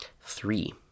Three